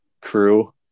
crew